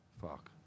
fuck